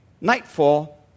nightfall